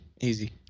easy